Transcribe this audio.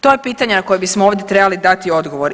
To je pitanje na koje bismo ovdje trebali dati odgovor.